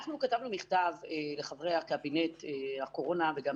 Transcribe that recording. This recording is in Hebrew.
אנחנו כתבנו מכתב לחברי קבינט הקורונה וגם